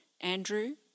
Andrew